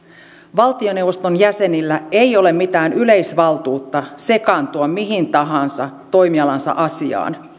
valtioneuvoston jäsenillä ei ole mitään yleisvaltuutta sekaantua mihin tahansa toimialansa asiaan